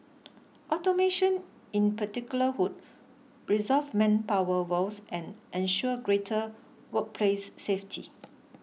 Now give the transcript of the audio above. automation in particular who resolve manpower woes and ensure greater workplace safety